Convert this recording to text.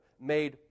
made